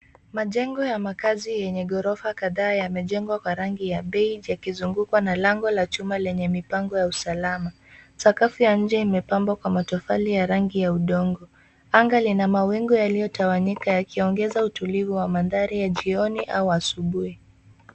Majengo ya makazi yenye ghorofa kadhaa yamejengwa kwa rangi ya beige yakizungukwa na lango la chuma lenye mipango ya usalama. Sakafu ya nje imepambwa kwa matofali ya rangi ya udongo. Anga lina mawingu yaliyotawanyika yakiongeza utulivu wa mandhari ya jioni au asubuhi.